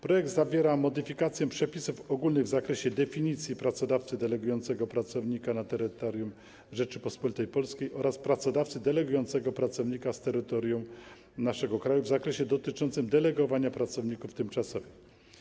Projekt zawiera modyfikację przepisów ogólnych w zakresie definicji pracodawcy delegującego pracownika na terytorium Rzeczypospolitej Polskiej oraz pracodawcy delegującego pracownika z terytorium naszego kraju w zakresie dotyczącym delegowania pracowników tymczasowych.